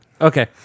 Okay